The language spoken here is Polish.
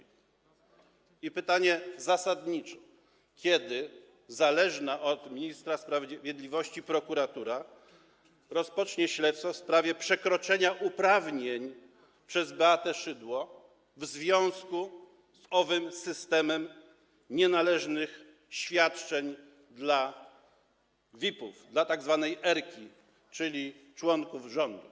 I pytanie zasadnicze: Kiedy zależna od ministra sprawiedliwości prokuratura rozpocznie śledztwo w sprawie przekroczenia uprawnień przez Beatę Szydło w związku z owym systemem nienależnych świadczeń dla VIP-ów, dla tzw. erki, czyli członków rządu?